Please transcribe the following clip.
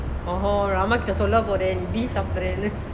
orh hor then beef சாப்பிடுறானு:sapduranu